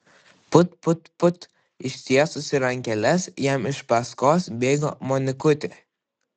put put put ištiesusi rankeles jam iš paskos bėgo monikutė